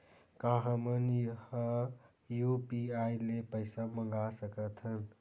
का हमन ह यू.पी.आई ले पईसा मंगा सकत हन?